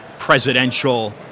presidential